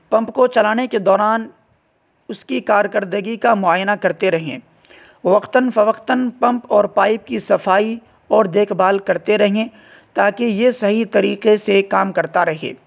pump کو چلانے کے دوران اس کی کارکردگی کا معائنہ کرتے رہیں وقتاً فوقتاً پمپ اور پائپ کی صفائی اور دیکھ بھال کرتے رہیں تاکہ یہ صحیح طریقے سے کام کرتا رہے